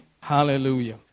hallelujah